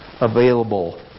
available